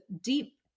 deep